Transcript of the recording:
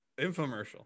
infomercial